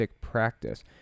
practice